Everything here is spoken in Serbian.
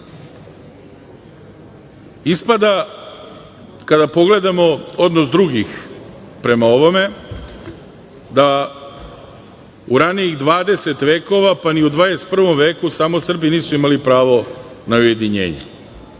kada pogledamo odnos drugih prema ovome da u ranijih 20 vekova, pa ni u 21. veku samo Srbi nisu imali pravo na ujedinjenje.